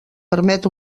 permet